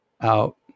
out